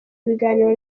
ibiganiro